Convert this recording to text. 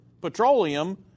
petroleum